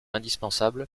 indispensable